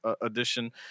edition